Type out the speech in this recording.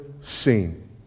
seen